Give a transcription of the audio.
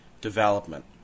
development